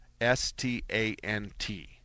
S-T-A-N-T